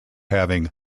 having